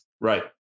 Right